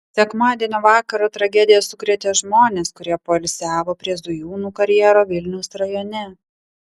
sekmadienio vakarą tragedija sukrėtė žmones kurie poilsiavo prie zujūnų karjero vilniaus rajone